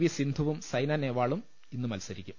V സിന്ധുവും സൈന നേഹ്വാളും ഇന്ന് മത്സരി ക്കും